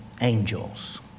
angels